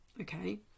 okay